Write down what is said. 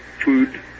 food